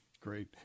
Great